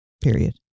Period